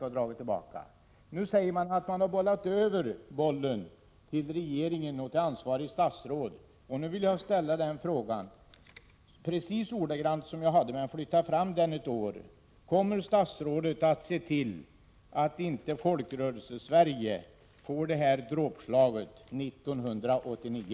Nu säger televerket att man har bollat foriubonnemang för över bollen till regeringen och till ansvarigt statsråd, och därför vill jag ställa — 7 Sa g ideella föreningar frågan ordagrant likadant utom i det avseendet att den gäller ett år längre fram: Kommer statsrådet att se till att Folkrörelsesverige inte kommer att få det här dråpslaget 1989?